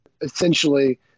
essentially